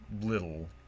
little